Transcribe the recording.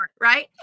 right